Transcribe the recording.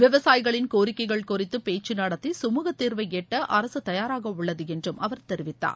விவசாயிகளின் கோரிக்கைகள் குறித்து பேச்சு நடத்தி சுமுகத் தீர்வை எட்ட அரசு தயாராக உள்ளது என்று அவர் தெரிவித்தார்